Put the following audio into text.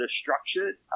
structured